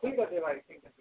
ଠିକ ଅଛି ଭାଇ ଠିକ ଅଛି